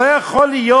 לא יכול להיות